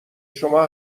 شما